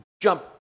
jump